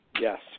yes